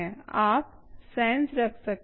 आप सेंस रख सकते हो